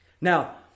Now